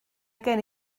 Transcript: gen